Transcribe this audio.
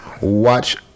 watch